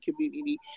community